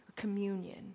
communion